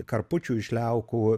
karpučių iš liaukų